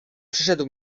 przyszedł